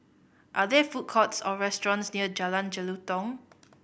are there food courts or restaurants near Jalan Jelutong